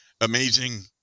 amazing